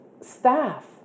staff